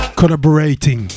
collaborating